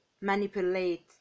manipulate